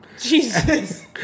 Jesus